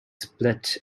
split